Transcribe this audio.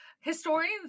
Historians